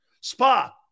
Spa